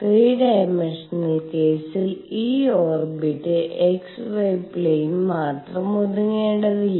3 dimensional കേസിൽ ഈ orbit x y plane മാത്രം ഒതുങ്ങേണ്ടതില്ല